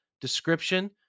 description